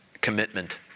commitment